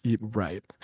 Right